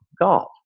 golf